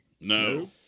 No